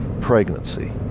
pregnancy